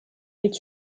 est